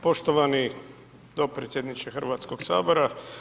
Poštovani dopredsjedniče Hrvatskog sabora.